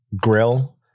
grill